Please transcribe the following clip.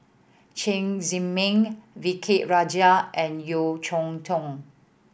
Chen Zhiming V K Rajah and Yeo Cheow Tong